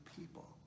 people